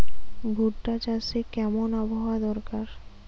ভুট্টা চাষে কেমন আবহাওয়া দরকার?